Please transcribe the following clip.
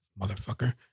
Motherfucker